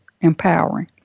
empowering